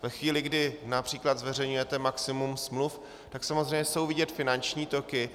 Ve chvíli, kdy například zveřejňujete maximum smluv, tak samozřejmě jsou vidět finanční toky.